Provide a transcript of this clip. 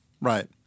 Right